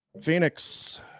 Phoenix